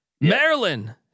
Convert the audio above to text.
Maryland